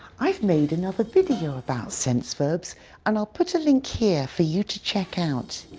i've made another video about sense verbs and i'll put a link here for you to check out.